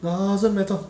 doesn't matter